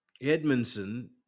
Edmondson